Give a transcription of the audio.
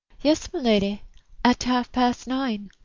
yes, my lady at half-past nine.